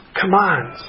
commands